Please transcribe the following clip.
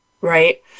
Right